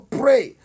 pray